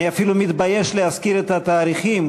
אני אפילו מתבייש להזכיר את התאריכים,